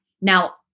Now